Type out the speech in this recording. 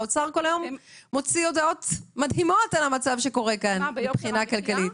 האוצר כל היום מוציא הודעות מדהימות על המצב כאן מבחינה כלכלית,